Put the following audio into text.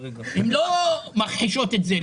הן לא מכחישות את זה,